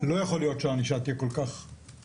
לא יכול להיות שהענישה תהיה כל כך קלילה.